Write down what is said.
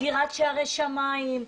סגירת שערי שמיים,